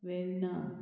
Verna